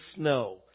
snow